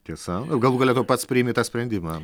tiesa galų gale tu pats priimi tą sprendimą